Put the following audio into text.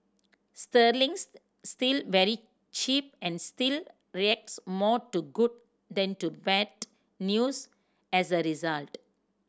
sterling's still very cheap and still reacts more to good than to bad news as a result